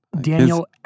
Daniel